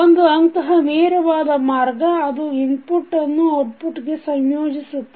ಒಂದು ಅಂತಹ ನೇರವಾದ ಮಾರ್ಗ ಅದು ಇನ್ಪುಟ್ ಅನ್ನು ಔಟ್ಪುಟ್ ಗೆ ಸಂಯೋಜಿಸುತ್ತದೆ